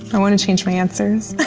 i wanna change my answers.